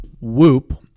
whoop